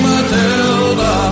Matilda